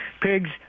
pigs